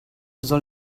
soll